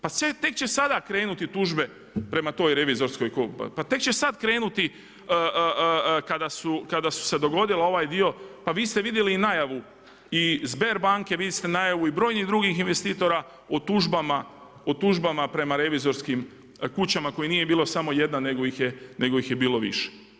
Pa tek će sada krenuti tužbe prema toj revizorskoj, … pa tek će se sad krenuti kada su se dogodila ovaj dio, pa vi ste vidjeli i najavu Sberbanke, vidjeli ste i najavi u brojnih drugih investitora o tužbama prema revizorskim kućama koja nije bila samo jedna nego ih je bilo više.